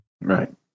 Right